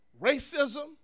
racism